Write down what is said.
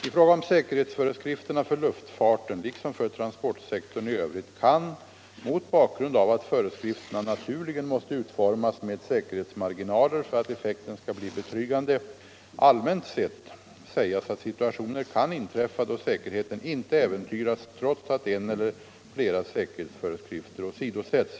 I fråga om säkerhetsföreskrifterna för luftfarten, liksom för transportsektorn i övrigt, kan —- mot bakgrund av att föreskrifterna naturligen måste utformas med säkerhetsmarginaler för att effekten skall bli betryggande — allmänt sett sägas att situationer kan inträffa då säkerheten inte äventyras trots att en eller flera säkerhetsföreskrifter åsidosätts.